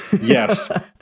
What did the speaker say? yes